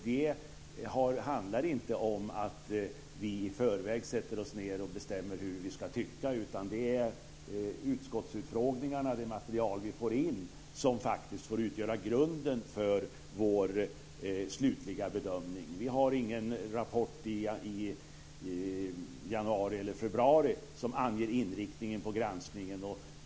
Det handlar inte om att vi i förväg sätter oss ned och bestämmer hur vi ska tycka, utan det är utskottsutfrågningarna och det material som vi får in som faktiskt får utgöra grunden för vår slutliga bedömning. Vi har ingen rapport i januari eller februari som anger inriktningen på granskningen.